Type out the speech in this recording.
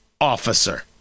officer